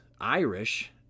Irish